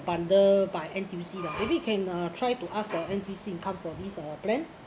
bundle by N_T_U_C lah maybe can uh try to ask the N_T_U_C income for this uh plan